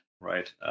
right